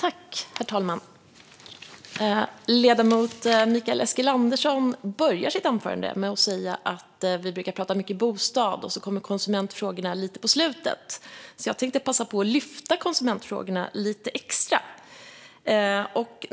Herr talman! Ledamoten Mikael Eskilandersson började sitt anförande med att säga att vi brukar prata mycket om bostad och att konsumentfrågorna kommer lite på slutet, så jag tänkte passa på att lyfta fram konsumentfrågorna lite extra.